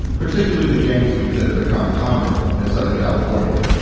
particularly the gang sweeps that had become common in southern california.